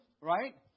right